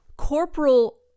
corporal